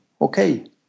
Okay